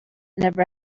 never